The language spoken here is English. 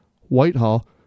Whitehall